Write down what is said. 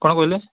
କ'ଣ କହିଲେ